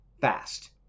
fast